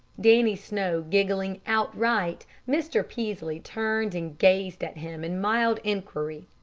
dannie snow giggling outright, mr. peaslee turned and gazed at him in mild inquiry.